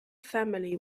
family